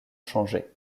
changé